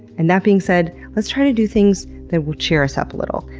and that being said, let's try to do things that will cheer us up a little,